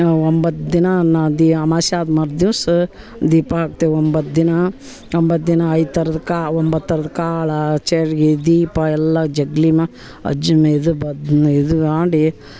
ಒಂಬತ್ತು ದಿನ ನ ದಿ ಅಮಾಸೆ ಆದ ಮರು ದಿವಸ ದೀಪ ಹಾಕ್ತೇವು ಒಂಬತ್ತು ದಿನ ಒಂಬತ್ತು ದಿನ ಐದು ಥರ್ದ ಕಾ ಒಂಬತ್ತು ಥರದ ಕಾಳು ಚೆರ್ಗೆ ದೀಪ ಎಲ್ಲ ಜಗಲಿನ ಮಾಡಿ